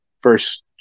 first